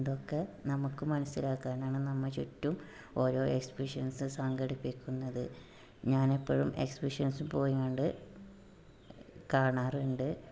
അതൊക്കെ നമുക്ക് മനസ്സിലാക്കാനാണ് നമ്മൾ ചുറ്റും ഓരോ എക്സിബിഷൻസ് സംഘടിപ്പിക്കുന്നത് ഞാൻ എപ്പോഴും എക്സിബിഷൻസ് പോയി കണ്ട് കാണാറുണ്ട്